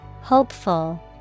Hopeful